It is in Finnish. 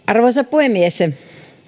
arvoisa puhemies